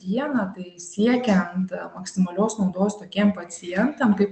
dieną tai siekiant maksimalios naudos tokiem pacientam kaip